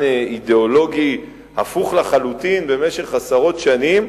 אידיאולוגי הפוך לחלוטין במשך עשרות שנים,